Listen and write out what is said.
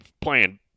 playing